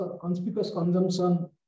consumption